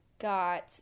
got